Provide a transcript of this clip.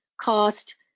cost